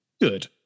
good